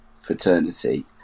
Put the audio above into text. fraternity